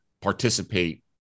participate